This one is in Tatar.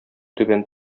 түбән